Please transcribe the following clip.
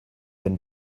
been